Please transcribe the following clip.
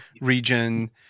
region